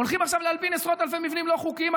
הולכים עכשיו להלבין עשרות מבנים לא חוקיים.